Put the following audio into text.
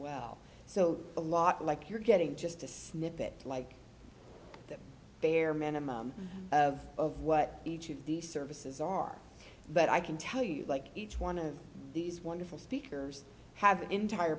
well so a lot like you're getting just a snippet like the bare minimum of what each of these services are but i can tell you like each one of these wonderful speakers have an entire